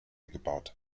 gebaut